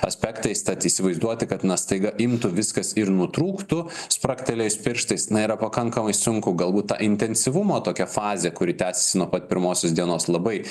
aspektais tad įsivaizduoti kad na staiga imtų viskas ir nutrūktų spragtelėjus pirštais na yra pakankamai sunku galbūt ta intensyvumo tokia fazė kuri tęsiasi nuo pat pirmosios dienos labai